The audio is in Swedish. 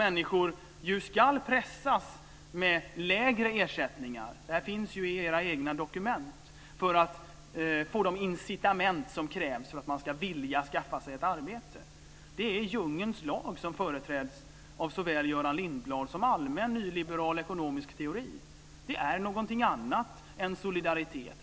Människor ska pressas med lägre ersättningar, som det finns beskrivet i era egna dokument, för att skapa de incitament som krävs för att man ska vilja skaffa sig ett arbete. Det är djungelns lag som företräds av såväl Göran Lindblad som allmän nyliberal ekonomisk teori. Det är någonting annat än solidaritet.